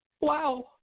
Wow